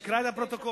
שיקרא את הפרוטוקול.